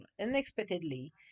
unexpectedly